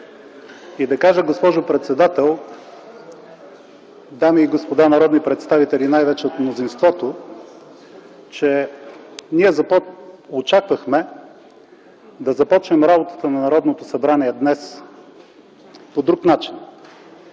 и да кажа, госпожо председател, дами и господа народни представители най-вече от мнозинството, че ние очаквахме да започнем работата на Народното събрание днес по друг начин.